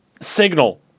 signal